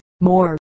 more